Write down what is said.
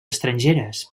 estrangeres